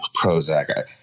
Prozac